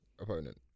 Opponent